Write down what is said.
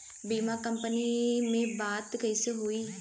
बीमा कंपनी में बात कइसे होई?